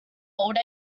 old